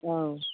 औ